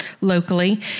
locally